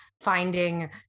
finding